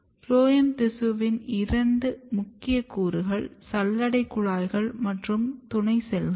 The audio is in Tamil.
ஃபுளோயம் திசுவின் இரண்டு முக்கிய கூறுகள் சல்லடை குழாய்கள் மற்றும் துணைசெல்கள்